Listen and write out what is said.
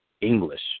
English